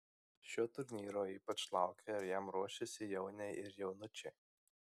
šio turnyro ypač laukia ir jam ruošiasi jauniai ir jaunučiai